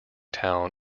town